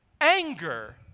Anger